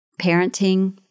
parenting